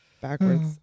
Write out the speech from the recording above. backwards